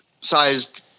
sized